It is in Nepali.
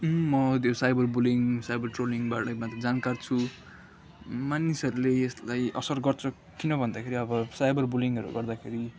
म त्यो साइबर बुलिङ साइबर ट्रोलिङबारेमा जानकार छु मानिसहरूले यसलाई असर गर्छ किन भन्दाखेरि अब साइबर बुलिङहरू गर्दाखेरि